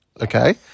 okay